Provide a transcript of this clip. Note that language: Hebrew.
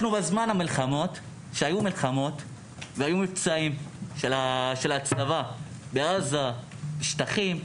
בזמן המלחמות וכשהיו מבצעים של הצבא בעזה ובשטחים,